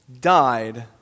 died